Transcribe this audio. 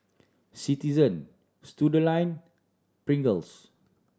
Citizen Studioline Pringles